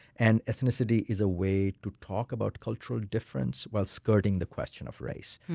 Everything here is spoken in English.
and ethnicity is a way to talk about cultural difference while skirting the question of race.